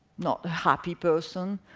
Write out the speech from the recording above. not a happy person.